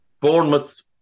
Bournemouth